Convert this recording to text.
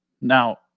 now